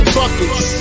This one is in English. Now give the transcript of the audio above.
buckets